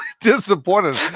disappointed